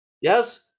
Yes